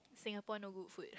Singapore no good food